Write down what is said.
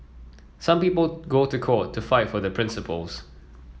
some people go to court to fight for their principles